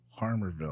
Harmerville